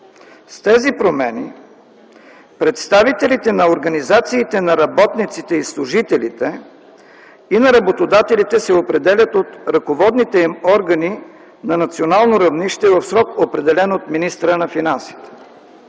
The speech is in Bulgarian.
С тези промени представителите на организации на работниците, служителите и работодателите се определят от ръководните им органи на национално равнище, в срок, определен от министъра на финансите.